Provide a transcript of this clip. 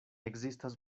ekzistas